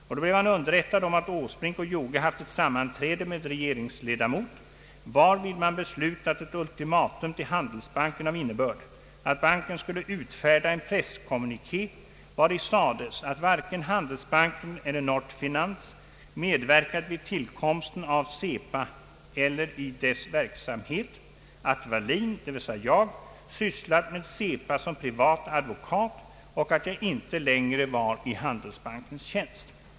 Och då blev han underrättad om att Åsbrink och Joge haft ett sammanträde med en regeringsledamot varvid man beslutat ett ultimatum till Handelsbanken av innebörd, att banken skulle utfärda en presskommunike vari sades att varken Handelsbanken eller Nordfinanz medverkat vid tillkomsten av Cepa eller i dess verksamhet, att Wallin sysslat med Cepa som privat advokat och att jag inte längre var i Handelsbankens tjänst.